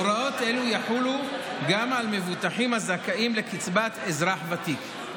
הוראות אלו יחולו גם על מבוטחים הזכאים לקצבת אזרח ותיק.